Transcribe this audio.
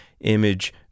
image